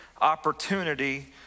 opportunity